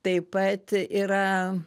taip pat yra